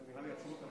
המשפחה שלך מתעכבת?